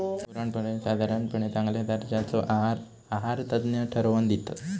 गुरांसाठी साधारणपणे चांगल्या दर्जाचो आहार आहारतज्ञ ठरवन दितत